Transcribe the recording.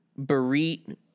Barit